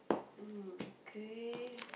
um kay